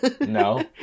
No